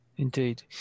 Indeed